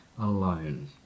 alone